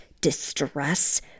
distress